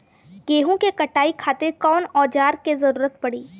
गेहूं के कटाई खातिर कौन औजार के जरूरत परी?